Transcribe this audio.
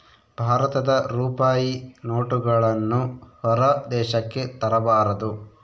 ಭಾರತದ ರೂಪಾಯಿ ನೋಟುಗಳನ್ನು ಹೊರ ದೇಶಕ್ಕೆ ತರಬಾರದು